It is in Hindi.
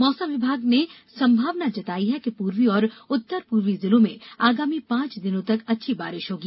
मौसम विभाग ने संभावना जताई है कि पूर्वी और उत्तर पूर्वी जिलों में आगामी पांच दिनों तक अच्छी बारिश होगी